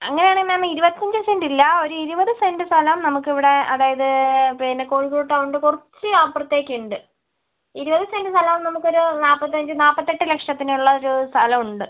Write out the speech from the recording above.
അങ്ങനെയാണേ ma'am ഇരുപത്തഞ്ച് cent ഇല്ല ഒരു ഇരുപത് സെന്റ് സ്ഥലം നമുക്കിവിടെ അതായത് പിന്നെ കോഴിക്കോട് ടൗണിൻ്റെ കുറച്ച് അപ്പുറത്തേക്കിണ്ട് ഇരുപത് സെന്റ് സ്ഥലമാകുമ്പോൾ നമക്കൊരു നാൽപ്പത്തഞ്ച് നാൽപ്പത്തെട്ട് ലക്ഷത്തിനുള്ളൊരു സ്ഥലമുണ്ട്